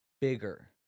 bigger